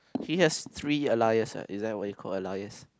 he has three alias uh is that what you call alias